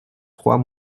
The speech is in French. trois